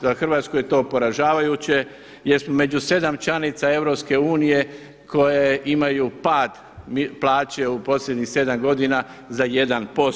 Za Hrvatsku je to poražavajuće jer smo među 7 članica EU koje imaju pad plaće u posljednjih 7 godina za 1%